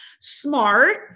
smart